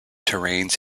terrains